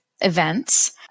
events